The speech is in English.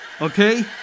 okay